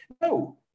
No